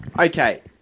okay